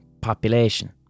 population